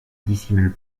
dissimule